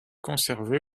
conservée